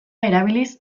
erabiliz